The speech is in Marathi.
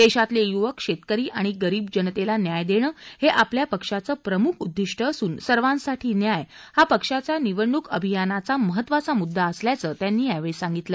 देशातले युवक शेतकरी आणि गरीब जनतेला न्याय देणं हे आपल्या पक्षाचं प्रमुख उद्दिष्ट असून सर्वांसाठी न्याय हा पक्षाच्या निवडणूक अभियानाचा महत्वाचा मुद्दा असल्याचं ते यावेळी म्हणाले